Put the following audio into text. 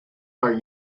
are